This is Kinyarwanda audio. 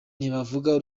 ntibavuga